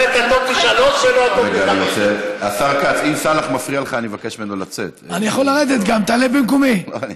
את ספורטאית, למה אישה, כמו גבר והיא